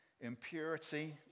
impurity